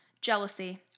jealousy